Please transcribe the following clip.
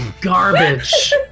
garbage